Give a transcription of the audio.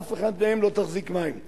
שאף אחד מהם לא יחזיק מים.